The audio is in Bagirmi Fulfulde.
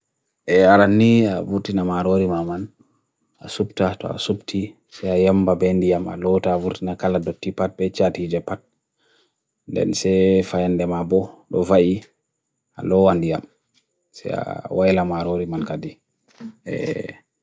E arani buti na marori maman, asup tata asup tii, se a yemba bendi ama lota buti na kaladotipat pechati jepat, dan se fain demabo lofai, alo andiam, se a oela marori man kadi.